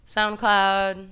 SoundCloud